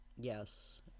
Yes